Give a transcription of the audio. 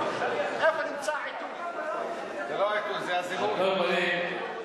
העיתוי, זה לא העיתוי, זה, אדוני,